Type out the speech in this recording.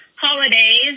holidays